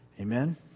amen